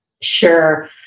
Sure